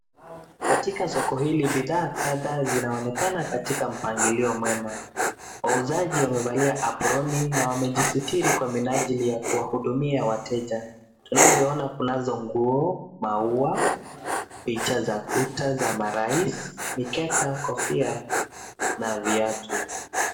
Katika soko hili, bidhaa kadhaa zinaonekana katika mpangilio mwema. Wauzaji wamevalia aproni na wamejisitiri kwa minajili ya kuwahudumia wateja. Tunavyoona kunazo nguo, maua, picha za kuta za marais, mikeka, kofia na viatu.